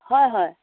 হয় হয়